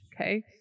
Okay